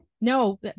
no